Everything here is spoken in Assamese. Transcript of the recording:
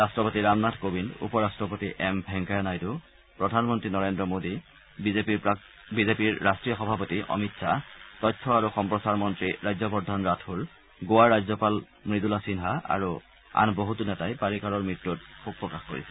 ৰাট্টপতি ৰামনাথ কোবিন্দ উপ ৰাট্টপতি এম ভেংকায়া নাইডু প্ৰধানমন্ত্ৰী নৰেন্দ্ৰ মোদী বিজেপিৰ ৰা্ট্টীয় সভাপতি অমিত খাহ তথ্য আৰু সম্প্ৰচাৰ মন্ত্ৰী ৰাজ্যবৰ্ধন ৰাথোৰ গোৱাৰ ৰাজ্যপাল মূদুলা সিনহা আৰু আন বহুতো নেতাই পাৰিকাৰৰ মৃত্যুত শোকপ্ৰকাশ কৰিছে